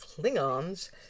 Klingons